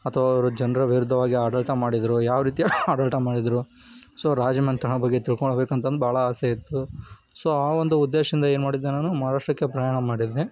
ಅಥವಾ ಅವರು ಜನರ ವಿರುದ್ಧವಾಗಿ ಆಡಳಿತ ಮಾಡಿದರು ಯಾವ ರೀತಿಯ ಆಡಳಿತ ಮಾಡಿದರು ಸೊ ರಾಜಮನೆತನದ ಬಗ್ಗೆ ತಿಳ್ಕೊಳ್ಬೇಕಂತಂದು ಭಾಳ ಆಸೆ ಇತ್ತು ಸೊ ಆ ಒಂದು ಉದ್ದೇಶದಿಂದ ಏನು ಮಾಡಿದ್ದೆ ನಾನು ಮಹಾರಾಷ್ಟ್ರಕ್ಕೆ ಪ್ರಯಾಣ ಮಾಡಿದ್ದೆ